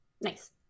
Nice